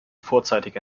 vorzeitig